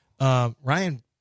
Ryan